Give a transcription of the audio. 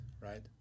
right